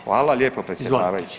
Hvala lijepo predsjedavajući.